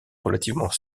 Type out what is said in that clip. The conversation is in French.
relativement